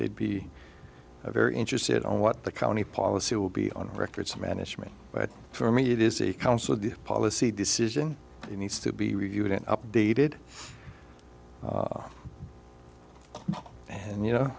they'd be very interested on what the county policy will be on records management but for me it is a council of the policy decision he needs to be reviewed and updated and you know